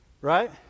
Right